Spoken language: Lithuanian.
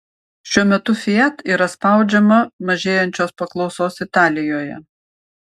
šiuo metu fiat yra spaudžiama mažėjančios paklausos italijoje